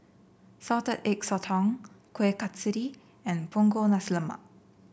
Salted Egg Sotong Kueh Kasturi and Punggol Nasi Lemak